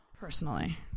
personally